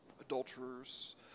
adulterers